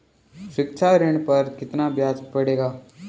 शिक्षा ऋण पर कितना ब्याज पड़ेगा?